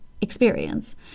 experience